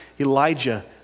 Elijah